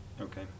Okay